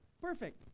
Perfect